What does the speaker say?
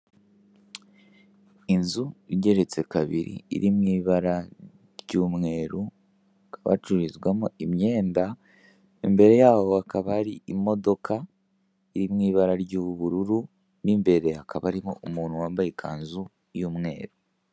Inzu igeretsekabiri iri mu ibara ry'umweru hakaba hacururizwamo imyenda imbere yaho hakaba hari imodoka iri mu ibara ry'ubururu mo imbere hakaba hari umuntu wambaye ikanzu y'umweru.